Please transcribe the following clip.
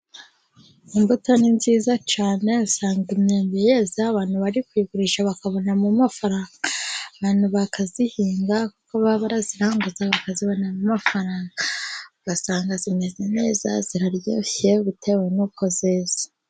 Imbuto ni nziza cyane, usanga imyambe yeze abantu bari kuyigurisha bakabonamo amafaranga, abantu bakayihinga kuko baba barayiranguza bakayibonamo amafaranga ugasanga imeze neza, iraryoshye bitewe n'uko yeze.